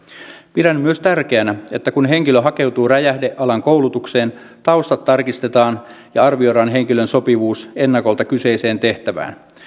pidän myös tärkeänä että kun henkilö hakeutuu räjähdealan koulutukseen taustat tarkistetaan ja arvioidaan henkilön sopivuus ennakolta kyseiseen tehtävään